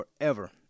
forever